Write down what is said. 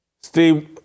Steve